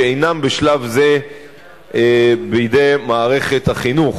שאינם בשלב זה בידי מערכת החינוך.